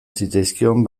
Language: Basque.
zitzaizkion